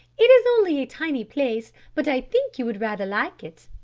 it is only a tiny place, but i think you would rather like it.